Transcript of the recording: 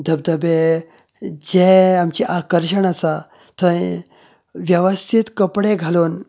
धबधबे जे आमचे आकर्शण आसा थंय वेवस्थीत कपडे घालून